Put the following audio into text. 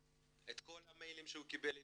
את כל המיילים שהוא קיבל מאתנו,